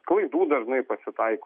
klaidų dažnai pasitaiko